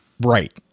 Right